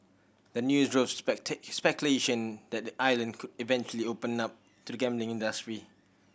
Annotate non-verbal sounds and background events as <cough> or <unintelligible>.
the news drove <unintelligible> speculation that the island could eventually open up to the gambling industry